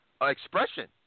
expression